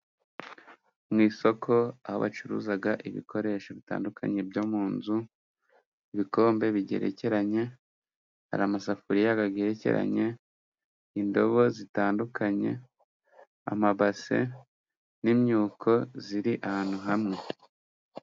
Mu isoko aho abacuruza ibikoresho bitandukanye byo mu nzu: ibikombe bigerekeranye, hari amasafuriya agerekeranye, indobo zitandukanye, amabase, n'imyuko iri ahantu hamwe.